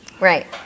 right